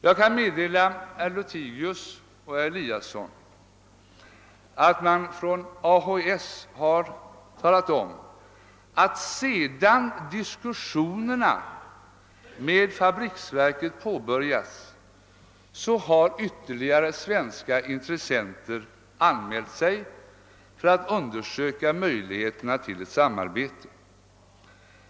Jag kan meddela herrar Lothigius och Eliasson i Sundborn att man från AHS har talat om, att sedan diskussionerna med fabriksverken påbörjats har ytterligare svenska intressenter anmält sig för att undersöka möjligheterna till ett samarbete.